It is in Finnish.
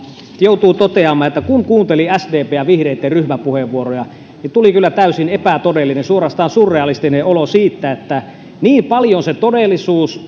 joutuu toteamaan kun kuunteli sdpn ja vihreitten ryhmäpuheenvuoroja että tuli kyllä täysin epätodellinen suorastaan suurrealistinen olo siitä että niin paljon se todellisuus